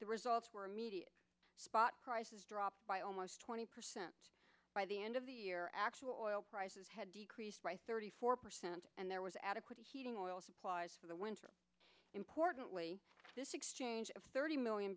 the results were immediate spot prices dropped by almost twenty percent by the end of the year actual prices had decreased by thirty four percent and there was adequate heating oil supplies for the winter importantly this exchange of thirty million